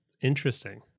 Interesting